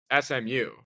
SMU